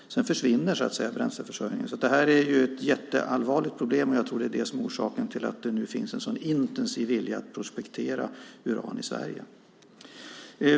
Sedan försvinner bränsleförsörjningen. Det här är ett jätteallvarligt problem. Jag tror att det är det som är orsaken till att det nu finns en sådan intensiv vilja att prospektera uran i Sverige.